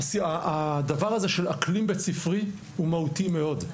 הדבר הזה של אקלים בית-ספרי הוא מהותי מאוד.